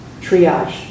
Triage